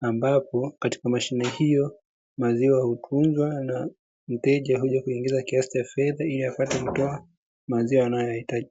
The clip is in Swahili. ambapo katika mashine hiyo maziwa hutunzwa na mteja huja kuingiza kiasi cha fedha ili apate maziwa anayoyahitaji.